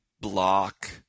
block